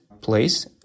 place